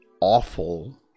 awful